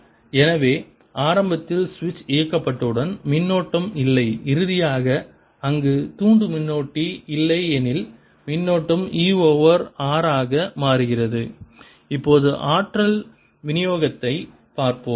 எனவே ஆரம்பத்தில் சுவிட்ச் இயக்கப்பட்டவுடன் மின்னோட்டம் இல்லை இறுதியாக அங்கு தூண்டு மின்னோட்டி இல்லை எனில் மின்னோட்டம் E ஓவர் R ஆக மாறுகிறது இப்போது ஆற்றல் விநியோகத்தைப் பார்ப்போம்